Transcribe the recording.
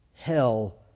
hell